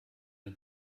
den